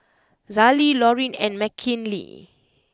Azalee Loreen and Mckinley